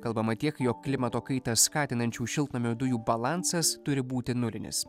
kalbama tiek jog klimato kaitą skatinančių šiltnamio dujų balansas turi būti nulinis